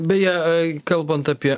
beje kalbant apie